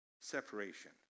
separation